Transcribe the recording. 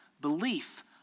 belief